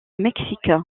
mexique